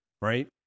right